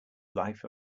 life